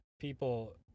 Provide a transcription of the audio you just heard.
people